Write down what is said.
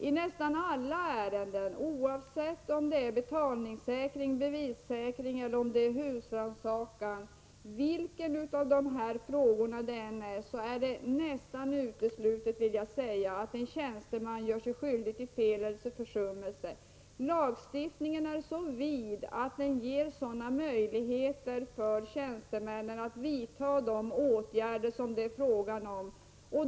I nästan alla ärenden, oavsett om det är fråga om betalningssäkring, bevissäkring eller husrannsakan, är det nästan uteslutet, vill jag påstå, att en tjänsteman gjort sig skyldig till fel eller försummelse. Lagstiftningen är så vid att den ger möjlighet för tjänstemannen att vidta de åtgärder som det är fråga om.